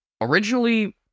Originally